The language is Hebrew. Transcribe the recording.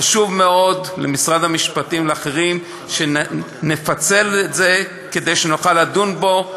חשוב מאוד למשרד המשפטים ולאחרים שנפצל את זה כדי שנוכל לדון בו,